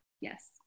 Yes